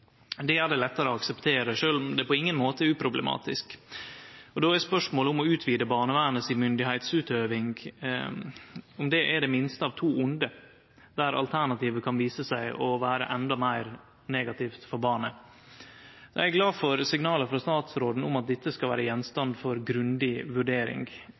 Det gjer det lettare å akseptere det, sjølv om det på ingen måte er uproblematisk. Då er spørsmålet om det å utvide barnevernet si myndigheitsutøving er det minste av to vonde, der alternativet kan vise seg å vere endå meir negativt for barnet. Eg er glad for signala frå statsråden om at dette skal vere gjenstand for grundig vurdering.